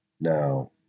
Now